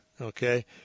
okay